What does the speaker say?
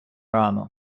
рану